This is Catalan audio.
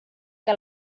que